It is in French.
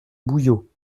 bouillot